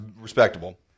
respectable